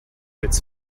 its